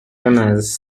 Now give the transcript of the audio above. honors